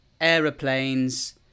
aeroplanes